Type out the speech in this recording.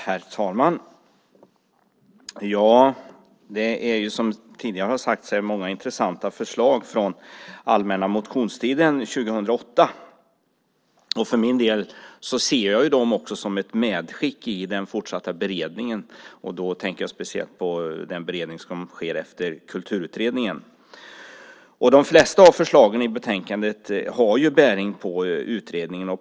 Herr talman! Det är som tidigare har sagts många intressanta förslag från allmänna motionstiden 2008. För min del ser jag dem som ett medskick i den fortsatta beredningen, då speciellt den beredning som sker efter Kulturutredningen. De flesta av förslagen i betänkandet har bäring på utredningen.